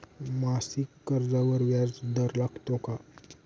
मासिक कर्जावर व्याज दर लागतो का?